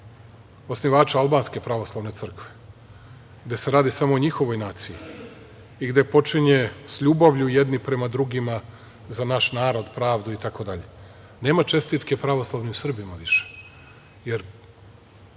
osnivača albanske pravoslavne crkve, gde se radi samo o njihovoj naciji i gde počinje sa ljubavlju jedni prema drugima za naš narod, pravdu, itd. Nema čestitke pravoslavnim Srbima više,